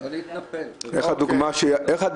אם עוד מישהו רוצה לבוא אז הוא יכול לבוא.